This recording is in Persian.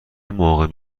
موقع